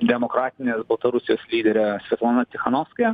demokratinės baltarusijos lydere svetlana cichanovskaja